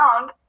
wrong